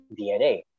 dna